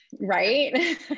Right